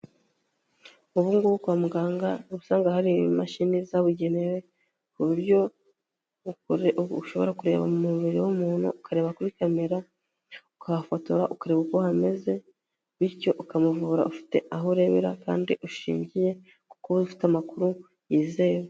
Ubu ngubu kwa muganga ubusanga hari imashini zabugenewe ku buryo ushobora kureba mu mubiri w'umuntu ukareba kuri kamera ukahafotora ukareba uko hameze bityo ukamuvura ufite aho urebera kandi ushingiye ku kuba ufite amakuru yizewe.